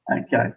Okay